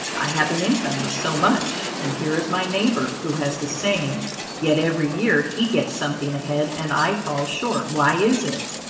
i have an income of so much, and here is my neighbor who has the same yet every year he gets something ahead and i fall short why is it?